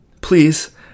Please